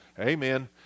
Amen